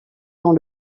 dans